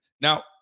Now